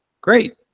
great